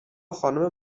خانوم